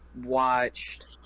watched